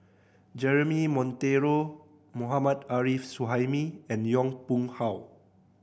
Jeremy Monteiro Mohammad Arif Suhaimi and Yong Pung How